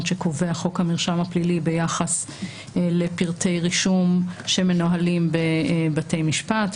שקובע חוק המרשם הפלילי ביחס לפרטי רישום שמנוהלים בבתי משפט,